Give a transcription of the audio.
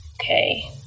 okay